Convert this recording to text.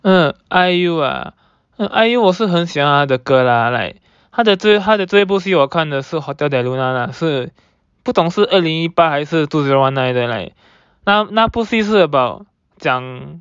mm I U uh mm I U 我是很喜欢她的歌啦 like 她的最她的最后一部戏最好的是 hotel de luna lah 是不懂是二零一八还是 two zero one nine 的 like 那那部戏是 about 讲